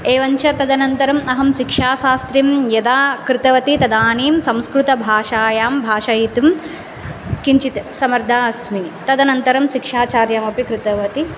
एवं च तदनन्तरम् अहं शिक्षाशास्त्रिं यदा कृतवती तदानीं संस्कृतभाषायां भाषयितुं किञ्चित् समर्था अस्मि तदनन्तरं सिक्षाचार्मपि कृतवती